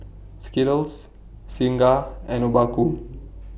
Skittles Singha and Obaku